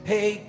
Hey